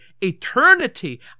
Eternity